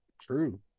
True